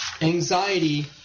anxiety